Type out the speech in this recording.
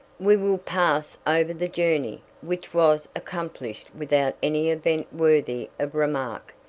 we will pass over the journey, which was accomplished without any event worthy of remark.